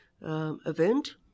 event